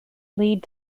lead